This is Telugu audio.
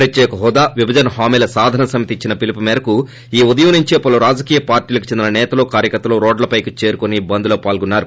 ప్రత్యేకహోదా విభజన హామీల సాధన సమితి ఇచ్చిన పిలుపు మేరకు ఉదయం నుంచే పలు రాజకీయ పార్వీలకు చెందిన నేతలు కార్యకర్తలు రోడ్లపైకి చేరుకుని బంద్లో పాల్గొన్నారు